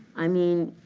i mean,